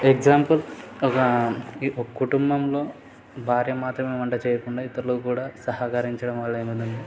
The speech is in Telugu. ఎక్జాంపుల్ ఒక ఒక కుటుంబంలో భార్య మాత్రమే వంట చేయకుండా ఇతరులు కూడా సహకరించడం వల్ల ఏమైందంటే